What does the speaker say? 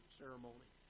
ceremony